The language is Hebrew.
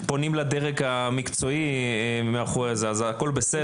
מדינת ישראל היום היא בתחרות קשה על כל מדען בעולם.